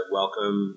welcome